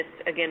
again